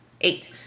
eight